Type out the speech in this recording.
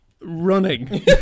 Running